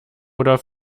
oder